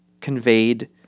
conveyed